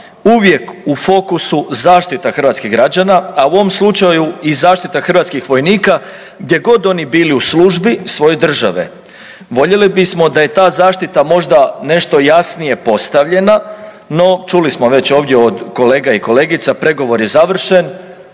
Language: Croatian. uvijek u fokusu zaštita hrvatskih građana, a u ovom slučaju i zaštita hrvatskih vojnika gdje god oni bili u službi svoje države. Voljeli bismo da je ta zaštita možda nešto jasnije postavljena, no čuli smo već ovdje od kolega i kolegica, pregovor je završen